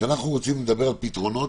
כשאנחנו רוצים לדבר על פתרונות,